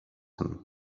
him